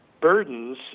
burdens